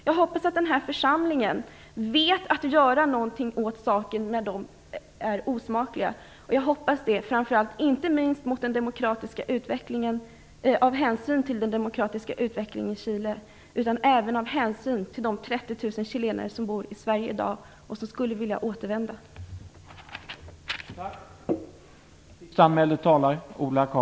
Jag hoppas att denna församling vet att göra något åt denna osmakliga sak, inte bara av hänsyn till den demokratiska utvecklingen i Chile utan också av hänsyn till de 30 000 chilenare som bor i Sverige i dag och som skulle vilja återvända till Chile.